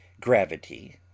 gravity